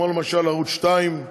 למשל בערוץ 2,